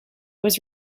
was